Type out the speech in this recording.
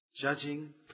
Judging